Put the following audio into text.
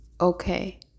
Okay